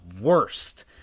worst